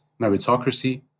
meritocracy